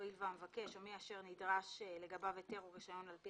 הואיל והמבקש או מי אשר נדרש לגביו היתר או רישיון על פי